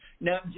Now